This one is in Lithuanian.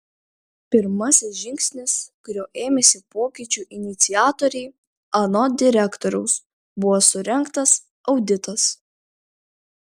pirmasis žingsnis kurio ėmėsi pokyčių iniciatoriai anot direktoriaus buvo surengtas auditas